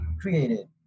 created